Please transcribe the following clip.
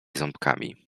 ząbkami